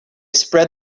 spread